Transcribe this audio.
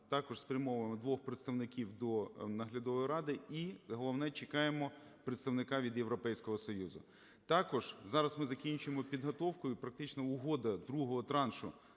також спрямовуємо двох представників до Наглядової ради, і головне, чекаємо представника від Європейського Союзу. Також зараз ми закінчимо підготовку, і практично угода другого траншу